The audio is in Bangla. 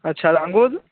আচ্ছা আর আঙুর